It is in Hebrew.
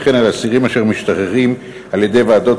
וכן אסירים אשר משתחררים על-ידי ועדות